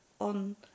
on